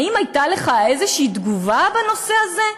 האם הייתה לך איזו תגובה בנושא הזה?